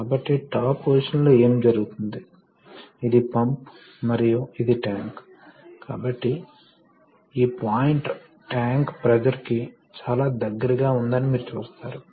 కాబట్టి మరో మాటలో చెప్పాలంటే పంపుకు ప్రైమ్ మూవర్ అవసరం మరియు ఇచ్చిన ప్రెషర్ తో ద్రవాన్ని అందిస్తుంది